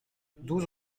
douze